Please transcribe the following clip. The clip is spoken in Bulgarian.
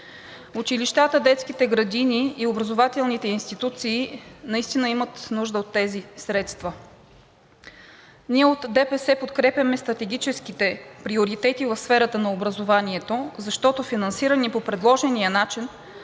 Училищата, детските градини и образователните институции наистина имат нужда от тези средства. Ние от ДПС подкрепяме стратегическите приоритети в сферата на образованието, защото, финансирани по предложения начин,